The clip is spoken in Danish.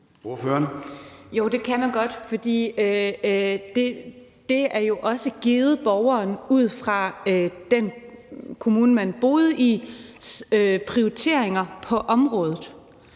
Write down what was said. Jo, det kan man godt, for det er jo også givet borgeren ud fra prioriteringerne på området